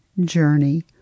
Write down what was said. Journey